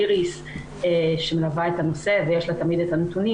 איריס שמלווה את הנושא ויש לה תמיד את הנתונים